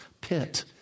pit